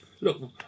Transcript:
Look